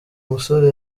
musore